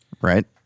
Right